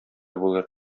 булыр